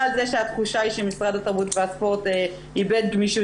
אני מצרה על זה שהתחושה היא שמשרד התרבות והספורט איבד גמישות,